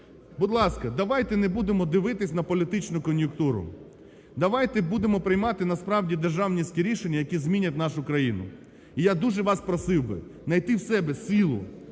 будь ласка, давайте не будемо дивитися на політичну кон'юнктуру, давайте будемо приймати насправді державницькі рішення, які змінять нашу країну. І я дуже вас просив би знайти в себе силу,